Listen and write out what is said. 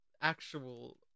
actual